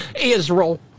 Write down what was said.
Israel